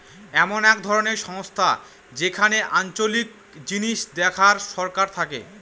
এমন এক ধরনের সংস্থা যেখানে আঞ্চলিক জিনিস দেখার সরকার থাকে